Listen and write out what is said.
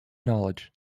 knowledge